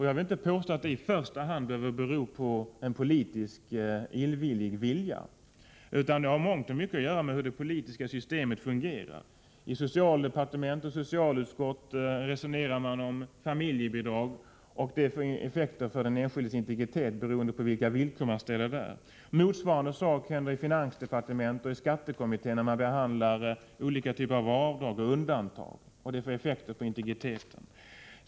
Jag vill inte påstå att det i första hand behöver bero på en politisk illvilja, utan det har i mångt och mycket att göra med hur det politiska systemet fungerar. I socialdepartementet och socialutskottet resonerar man om familjebidrag. Detta får effekter för den enskildes integritet, beroende på vilka villkor man ställer. Motsvarande händer i finansdepartementet och skattekommittén när man behandlar olika typer av avdrag och undantag. Detta får också effekter på integriteten.